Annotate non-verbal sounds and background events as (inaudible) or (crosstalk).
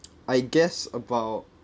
(noise) I guess about